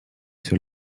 sur